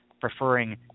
preferring